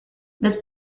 this